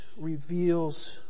reveals